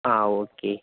ആ ഓക്കെ